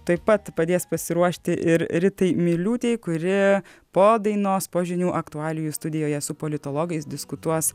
tuoj pat padės pasiruošti ir ritai miliūtei kuri po dainos po žinių aktualijų studijoje su politologais diskutuos